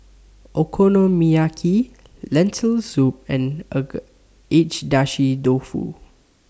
Okonomiyaki Lentil Soup and Agedashi Dofu